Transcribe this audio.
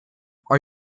are